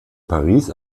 paris